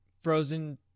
Frozen